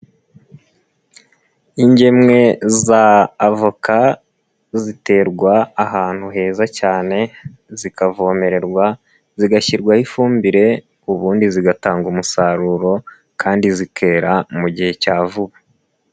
Ingemwe za avoka ziterwa ahantu heza cyane, zikavomererwa, zigashyirwaho ifumbire, ubundi zigatanga umusaruro kandi zikerera mu gihe cya vuba.